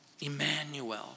Emmanuel